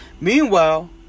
Meanwhile